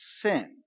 sin